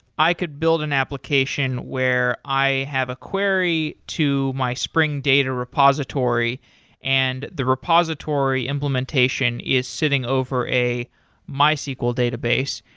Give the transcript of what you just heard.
i could build an application, where i have a query to my spring data repository and the repository implementation is sitting over a mysql database.